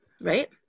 Right